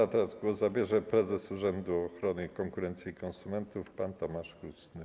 A teraz głos zabierze Prezes Urzędu Ochrony Konkurencji i Konsumentów pan Tomasz Chróstny.